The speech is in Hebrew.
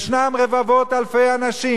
ישנם רבבות אלפי אנשים